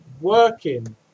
working